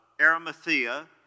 Arimathea